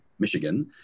Michigan